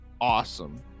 awesome